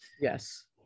Yes